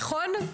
נכון?